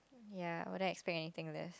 ya wouldn't expect anything this